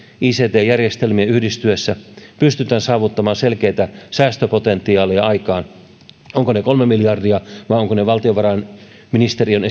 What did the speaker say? ict järjestelmien yhdistyessä pystytään saavuttamaan selkeätä säästöpotentiaalia ovatko ne kolme miljardia vai ovatko ne valtiovarainministeriön